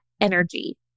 energy